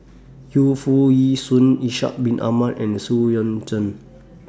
Yu Foo Yee Shoon Ishak Bin Ahmad and Xu Yuan Zhen